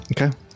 Okay